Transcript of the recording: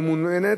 היא ממומנת,